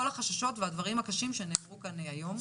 החששות והדברים הקשים שנאמרו כאן היום.